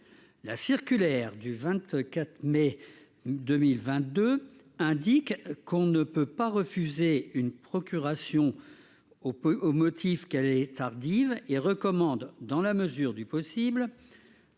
la circulaire du 24 mai 2022 indique qu'on ne peut pas refuser une procuration au peu au motif qu'elle est tardive et recommande, dans la mesure du possible